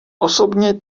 osobně